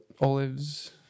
olives